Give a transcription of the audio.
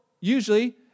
usually